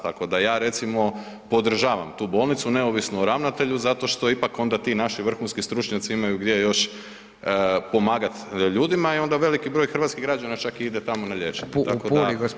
Tako da ja recimo, podržavam tu bolnicu neovisno o ravnatelju zato što ipak onda ti naši vrhunski stručnjaci imaju gdje još pomagati ljudima i onda veliki broj hrvatskih građana čak i ide tamo na liječenje